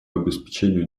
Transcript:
обеспечению